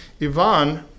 Ivan